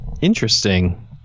Interesting